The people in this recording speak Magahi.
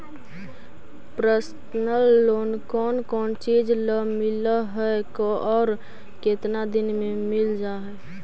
पर्सनल लोन कोन कोन चिज ल मिल है और केतना दिन में मिल जा है?